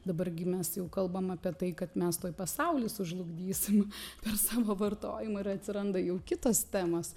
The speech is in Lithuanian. dabar gi mes jau kalbam apie tai kad mes tuoj pasaulį sužlugdysim per savo vartojimą ir atsiranda jau kitos temos